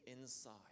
inside